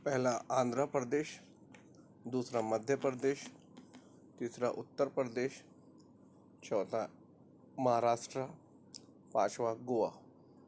پہلا آندھرا پردیش دوسرا مدھیہ پردیش تیسرا اتر پردیش چوتھا مہاراشٹرا پانچواں گووا